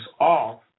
off